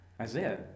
Isaiah